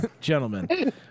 gentlemen